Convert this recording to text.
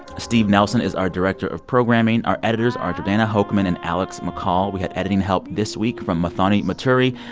steve nelson is our director of programming. our editors are today jordana hochman and alex mccall. we had editing help this week from muthoni muturi.